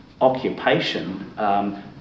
occupation